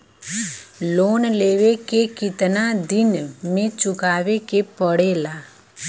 Loan लेवे के कितना दिन मे चुकावे के पड़ेला?